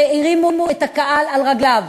שהרימו את הקהל על רגליו.